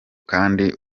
kandi